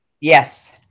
Yes